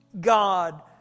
God